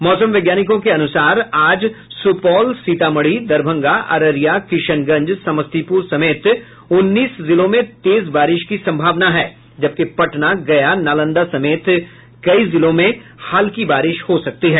मौसम वैज्ञानिकों के अनुसार आज सुपौल सीतामढ़ी दरभंगा अररिया किशनगंज समस्तीपुर समेत उन्नीस जिलों में तेज बारिश की संभावना है जबकि पटना गया नालंदा समेत कई जिलों में हल्की बारिश हो सकती है